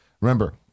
Remember